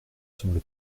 semble